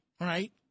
right